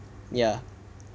ya